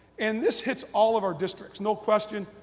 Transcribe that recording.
and, this hits all of our districts, no question,